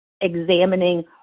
examining